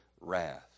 wrath